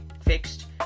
fixed